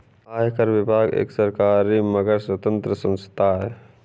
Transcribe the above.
आयकर विभाग एक सरकारी मगर स्वतंत्र संस्था है